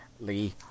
Lee